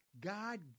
God